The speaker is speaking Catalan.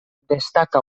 destaca